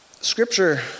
Scripture